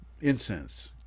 incense